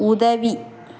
உதவி